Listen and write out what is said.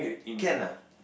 can ah